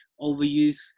overuse